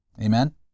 Amen